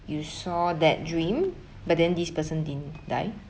you saw that dream but then this person didn't die